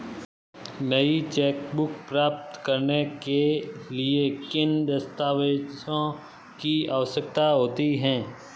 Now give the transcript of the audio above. नई चेकबुक प्राप्त करने के लिए किन दस्तावेज़ों की आवश्यकता होती है?